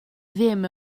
ddim